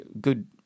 good